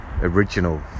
Original